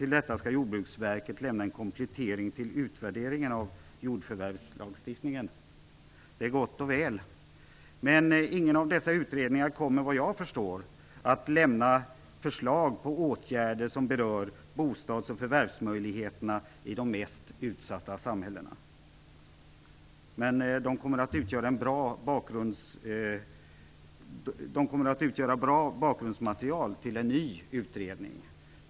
Till detta kommer att Jordbruksverket skall lämna en komplettering till utvärderingen av jordförvärvslagstiftningen. Detta är gott och väl. Men ingen av dessa utredningar kommer, såvitt jag förstår, att lämna förslag till åtgärder som berör bostads och förvärvsmöjligheterna i de mest utsatta samhällena. De kommer dock att utgöra ett bra bakgrundsmaterial för en ny utredning.